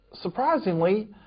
Surprisingly